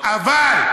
לא?